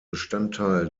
bestandteil